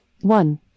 one